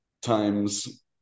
times